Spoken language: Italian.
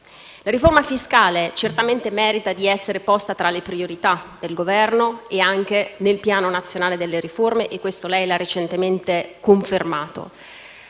La riforma fiscale certamente merita di essere posta tra le priorità del Governo e anche nel Piano nazionale delle riforme e questo lei l'ha recentemente confermato,